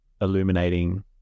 illuminating